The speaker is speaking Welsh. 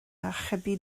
archebu